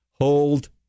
hold